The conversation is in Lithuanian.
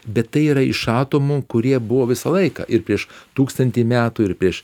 bet tai yra iš atomų kurie buvo visą laiką ir prieš tūkstantį metų ir prieš